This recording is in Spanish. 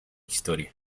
historia